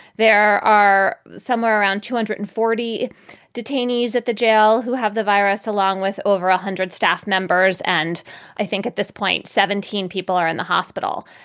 there are somewhere around two hundred and forty detainees at the jail who have the virus, along with over one ah hundred staff members. and i think at this point, seventeen people are in the hospital.